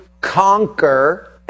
conquer